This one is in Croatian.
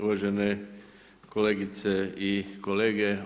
Uvažene kolegice i kolege.